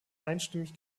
einstimmig